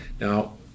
now